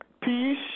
peace